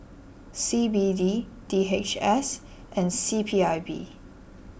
C B D D H S and C P I B